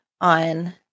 on